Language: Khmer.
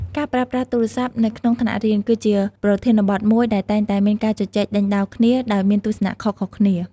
ការប្រើប្រាស់ទូរស័ព្ទនៅក្នុងថ្នាក់រៀន គឺជាប្រធានបទមួយដែលតែងតែមានការជជែកដេញដោលគ្នា ដោយមានទស្សនៈខុសៗគ្នា។